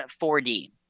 4D